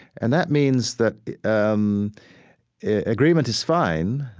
and that means that um agreement is fine,